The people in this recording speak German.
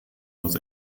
los